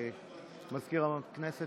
(קורא בשם חבר הכנסת)